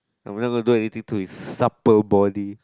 uh we're not gonna do anything to his supper body